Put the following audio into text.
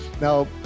Now